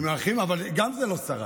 עם האחים, אבל גם זה לא שרד.